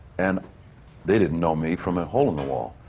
and they didn't know me from a hole in the wall.